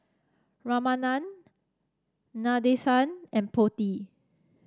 Ramanand Nadesan and Potti